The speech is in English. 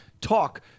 talk